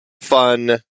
fun